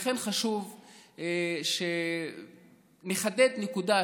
לכן חשוב שנחדד נקודה,